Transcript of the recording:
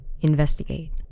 investigate